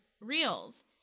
reels